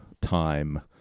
time